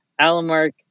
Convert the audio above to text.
alamark